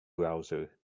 browser